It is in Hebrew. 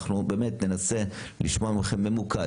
באמת ננסה לשמוע מכם בממוקד,